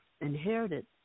inherited